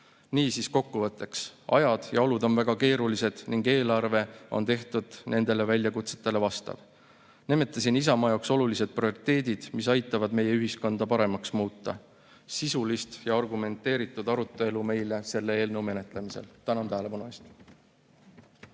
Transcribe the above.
Niisiis, kokkuvõtteks. Ajad ja olud on väga keerulised ning eelarve on tehtud nendele väljakutsetele vastav. Nimetasin Isamaa jaoks olulised prioriteedid, mis aitavad meie ühiskonda paremaks muuta. Sisulist ja argumenteeritud arutelu meile selle eelnõu menetlemisel! Tänan tähelepanu eest!